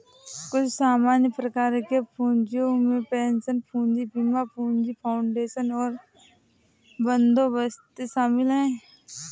कुछ सामान्य प्रकार के पूँजियो में पेंशन पूंजी, बीमा पूंजी, फाउंडेशन और बंदोबस्ती शामिल हैं